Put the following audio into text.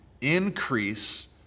increase